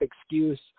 excuse